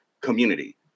community